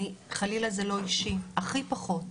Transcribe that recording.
חלילה זה לא אישי, הכי פחות.